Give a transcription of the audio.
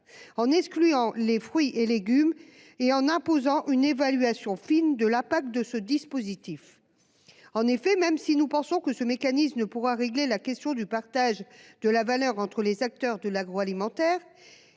en excluant les fruits et légumes et en imposant une évaluation fine de l'impact de ce dispositif. Nous ne pensons pas que ce mécanisme pourra régler la question du partage de la valeur entre les acteurs de l'agroalimentaire.